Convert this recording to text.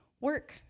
work